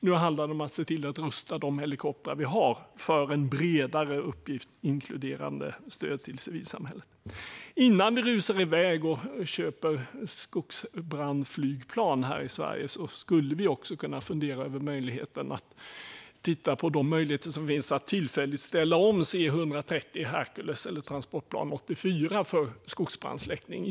Nu handlar det om att se till att rusta de helikoptrar vi har för en bredare uppgift inkluderande stöd till civilsamhället. Innan vi här i Sverige rusar iväg och köper skogsbrandsflygplan skulle vi också kunna fundera över att titta på de möjligheter som finns att tillfälligt ställa om C-130 Hercules eller Transportplan 84 för skogsbrandssläckning.